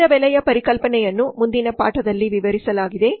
ಮೌಲ್ಯದ ಬೆಲೆಯ ಪರಿಕಲ್ಪನೆಯನ್ನು ಮುಂದಿನ ಪಾಠದಲ್ಲಿ ವಿವರಿಸಲಾಗಿದೆ